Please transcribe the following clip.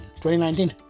2019